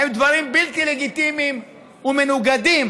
הן דברים בלתי לגיטימיים, ומנוגדים